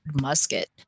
Musket